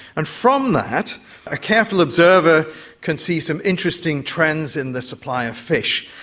and from that a careful observer can see some interesting trends in the supply of fish.